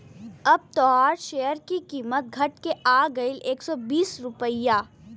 अब तोहार सेअर की कीमत घट के आ गएल एक सौ बीस रुपइया